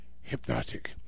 hypnotic